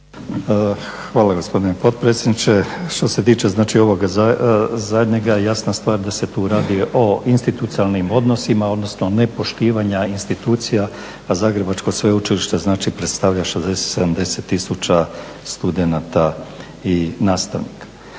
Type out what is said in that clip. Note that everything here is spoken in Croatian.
Hvala gospodine potpredsjedniče. Što se tiče ovoga zadnjega, jasna stvar da se tu radi o institucionalnim odnosima, odnosno nepoštivanja institucija, a Zagrebačko sveučilište znači predstavlja 60, 70 tisuća studenata i nastavnika.